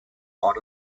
part